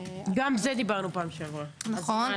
גם על זה דיברנו בפעם שעברה, אז מה עשיתם?